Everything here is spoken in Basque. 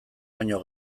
baino